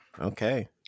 Okay